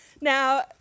Now